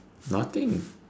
nothing